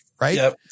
right